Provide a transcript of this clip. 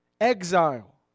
Exile